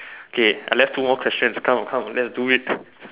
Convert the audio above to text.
okay I left two more questions come come let's do it